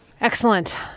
Excellent